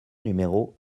numéro